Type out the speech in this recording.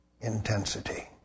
intensity